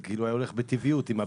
זה הולך בטבעיות עם ה-ב'.